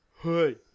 Hey